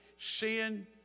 Sin